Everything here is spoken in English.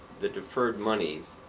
the deferred monies,